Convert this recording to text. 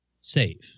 save